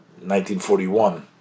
1941